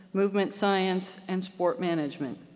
movement science, and sport management.